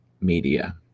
media